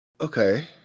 okay